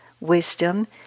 wisdom